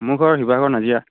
মোৰ ঘৰ শিৱসাগৰ নাজিৰা